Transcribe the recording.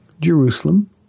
Jerusalem